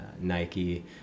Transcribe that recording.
Nike